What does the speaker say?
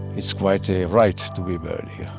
it's quite a right to be buried here